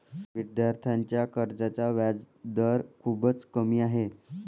विद्यार्थ्यांच्या कर्जाचा व्याजदर खूपच कमी आहे